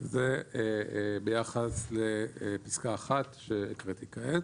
ביחס לפסקה 1 שהקראתי כעת